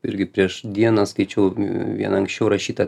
irgi prieš dieną skaičiau vieną anksčiau rašytą